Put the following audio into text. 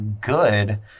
good